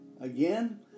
Again